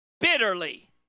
bitterly